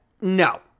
no